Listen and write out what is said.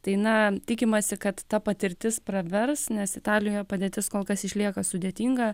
tai na tikimasi kad ta patirtis pravers nes italijoje padėtis kol kas išlieka sudėtinga